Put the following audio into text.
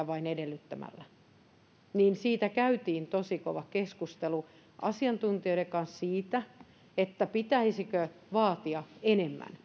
vain edellyttämällä sitä lainsäädännössä niin siitä käytiin tosi kova keskustelu asiantuntijoiden kanssa siitä pitäisikö vaatia enemmän